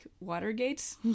Watergate